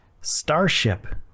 Starship